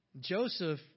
Joseph